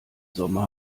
sommer